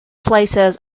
places